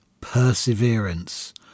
perseverance